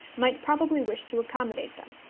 might probably wish to accommodate them.